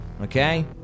okay